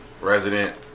resident